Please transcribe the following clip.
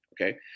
okay